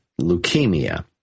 leukemia